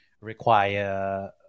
require